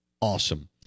awesome